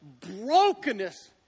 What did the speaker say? brokenness